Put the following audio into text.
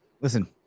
listen